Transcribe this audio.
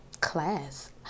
class